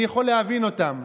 אני יכול להבין אותם,